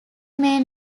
may